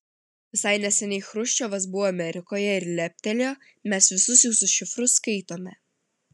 visai neseniai chruščiovas buvo amerikoje ir leptelėjo mes visus jūsų šifrus skaitome